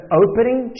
opening